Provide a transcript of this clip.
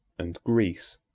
and greece.